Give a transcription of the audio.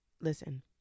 listen